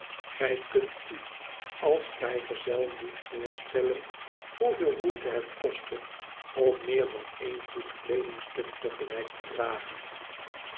gij kunt u als vrijgezel niet voorstellen hoeveel moeite het kostte om meer dan één goed kleedingstuk te gelijk te dragen